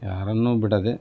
ಯಾರನ್ನೂ ಬಿಡದೇ